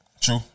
True